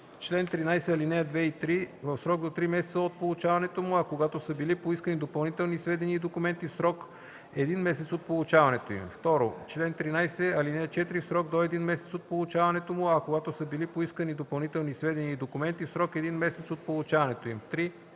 член 13, ал. 2 и 3 – в срок до три месеца от получаването му, а когато са били поискани допълнителни сведения и документи – в срок един месец от получаването им; 2. член 13, ал. 4 – в срок до един месец от получаването му, а когато са били поискани допълнителни сведения и документи – в срок един месец от получаването им; 3.